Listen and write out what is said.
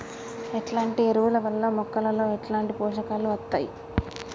ఎట్లాంటి ఎరువుల వల్ల మొక్కలలో ఎట్లాంటి పోషకాలు వత్తయ్?